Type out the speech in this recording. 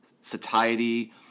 satiety